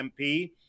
MP